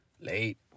Late